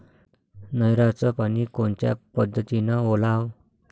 नयराचं पानी कोनच्या पद्धतीनं ओलाव?